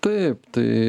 taip tai